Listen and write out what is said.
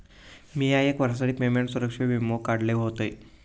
मिया एक वर्षासाठी पेमेंट सुरक्षा वीमो काढलय होतय